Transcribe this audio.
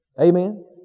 Amen